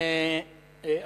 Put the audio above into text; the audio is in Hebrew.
אגב,